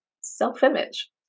self-image